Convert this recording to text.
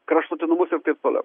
kraštutinumus ir taip toliau